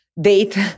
date